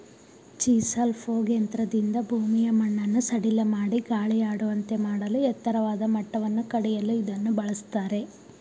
chisel plough ಯಂತ್ರದಿಂದ ಭೂಮಿಯ ಮಣ್ಣನ್ನು ಸಡಿಲಮಾಡಿ ಗಾಳಿಯಾಡುವಂತೆ ಮಾಡಲೂ ಎತ್ತರದ ಮಟ್ಟವನ್ನು ಕಡಿಯಲು ಇದನ್ನು ಬಳ್ಸತ್ತರೆ